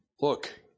look